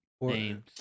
names